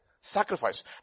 sacrifice